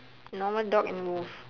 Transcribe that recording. normal dog and wolf